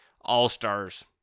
all-stars